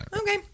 okay